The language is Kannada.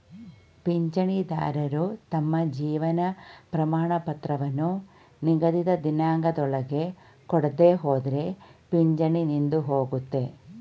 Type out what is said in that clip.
ಪಿಂಚಣಿದಾರರು ತಮ್ಮ ಜೀವನ ಪ್ರಮಾಣಪತ್ರವನ್ನು ನಿಗದಿತ ದಿನಾಂಕದೊಳಗೆ ಕೊಡದೆಹೋದ್ರೆ ಪಿಂಚಣಿ ನಿಂತುಹೋಗುತ್ತೆ